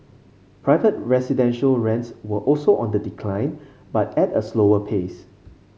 private residential rents were also on the decline but at a slower pace